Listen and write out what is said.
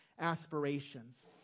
aspirations